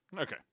okay